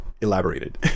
Elaborated